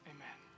Amen